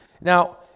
Now